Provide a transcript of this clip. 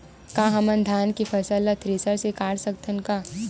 का हमन धान के फसल ला थ्रेसर से काट सकथन का?